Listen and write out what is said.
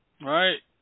right